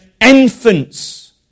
infants